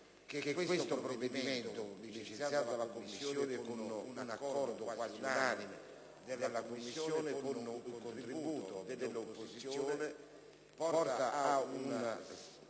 che questo provvedimento, licenziato dalla Commissione con un accordo quasi unanime e con un contributo dell'opposizione, evidenzia una